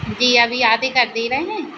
जी अभी आधी कर दे रहे हैं